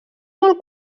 molt